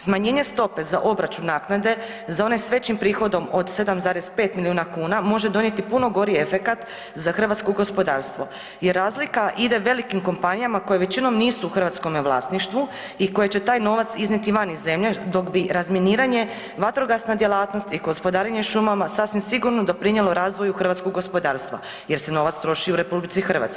Smanjenje stope za obračun naknade za one s većim prihodom od 7,5 milijuna kuna može donijeti puno gori efekat za hrvatsko gospodarstvo jer razlika ide velikim kompanijama koje većinom nisu u hrvatskom vlasništvu i koje će taj novac iznijeti van iz zemlje dok bi razminiranje, vatrogasna djelatnost i gospodarenje šumama sasvim sigurno doprinijelo razvoju hrvatskog gospodarstva jer se novac troši u RH,